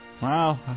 Wow